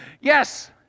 Yes